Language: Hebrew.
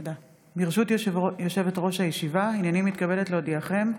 ברשות יושבת-ראש הישיבה, הינני מתכבדת להודיעכם,